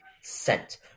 Sent